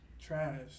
trash